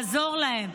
לעזור להם.